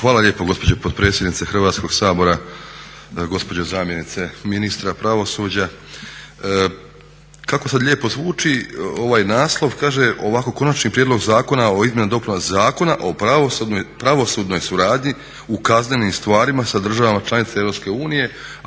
Hvala lijepo gospođo potpredsjednice Hrvatskoga sabora, gospođo zamjenice ministra pravosuđa. Kako sada lijepo zvuči ovaj naslov, kaže, Konačni prijedlog zakona o izmjenama i dopunama zakona o pravosudnoj suradnji u kaznenim stvarima sa državama članicama